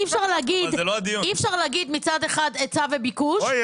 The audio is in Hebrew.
אי-אפשר להגיד מצד אחד "היצע וביקוש" ומצד